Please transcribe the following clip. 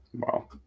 wow